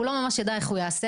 הוא לא ממש ידע איך הוא יעשה,